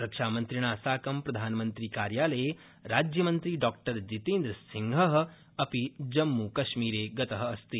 रक्षामन्त्रिणा साकं प्रधानमंत्री कार्यालये राज्यमन्त्री डॉ जितेन्द्रसिंह अपि जम्मूकश्मीर गत अस्ति